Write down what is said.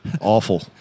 awful